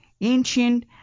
Ancient